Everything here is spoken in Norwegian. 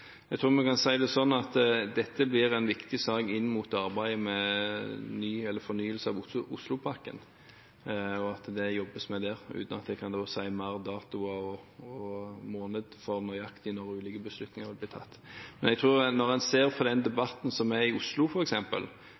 Jeg tror vi kan si det sånn at dette blir en viktig sak i arbeidet med ny eller fornyet Oslopakke, og det jobbes med den uten at jeg kan si mer om nøyaktige datoer og måneder for når ulike beslutninger vil bli tatt. Når en ser på den debatten som er i Oslo